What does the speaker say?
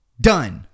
Done